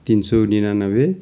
तिन सय उनानब्बे